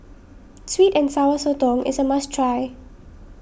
Sweet and Sour Sotong is a must try